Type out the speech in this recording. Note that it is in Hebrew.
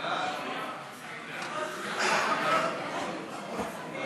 הצעת ועדת הכנסת בדבר